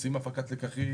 עושים הפקת לקחים,